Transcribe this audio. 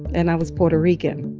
and i was puerto rican.